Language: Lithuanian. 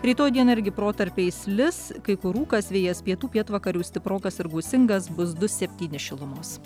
rytoj dieną irgi protarpiais lis kai kur rūkas vėjas pietų pietvakarių stiprokas ir gūsingas bus du septyni šilumos